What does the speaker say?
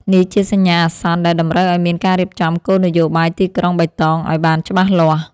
នេះជាសញ្ញាអាសន្នដែលតម្រូវឱ្យមានការរៀបចំគោលនយោបាយទីក្រុងបៃតងឱ្យបានច្បាស់លាស់។